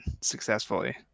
successfully